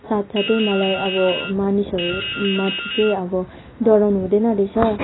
साथसाथै मलाई अब मानिसहरूमाथि चाहिँ अब डराउनु हुँदैन रहेछ